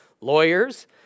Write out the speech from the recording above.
lawyers